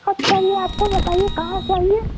کب چاہیے آپ کو بتائے کہاں چاہیے